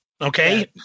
Okay